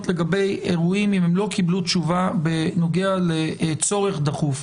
לגבי אירועים אם הם לא קיבלו תשובה בנוגע לצורך דחוף.